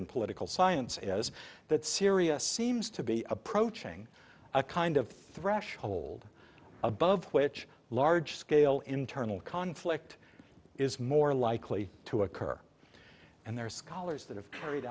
in political science is that syria seems to be approaching a kind of threshold above which large scale internal conflict is more likely to occur and there are scholars that have carried